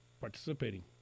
participating